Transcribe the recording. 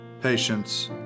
patience